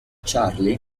charlie